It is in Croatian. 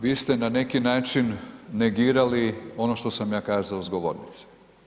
Vi ste na neki način negirali ono što sam ja kazao s govornice.